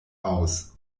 aus